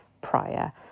prior